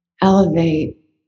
elevate